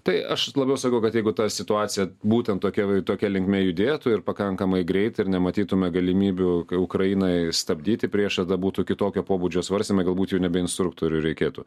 tai aš labiau sakau kad jeigu ta situacija būtent tokia va tokia linkme judėtų ir pakankamai greitai ir nematytume galimybių ukrainai stabdyti priešą tada būtų kitokio pobūdžio svarstymai galbūt jau nebe instruktorių reikėtų